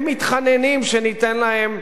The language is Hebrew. הם מתחננים שניתן להם,